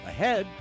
Ahead